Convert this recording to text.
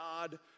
God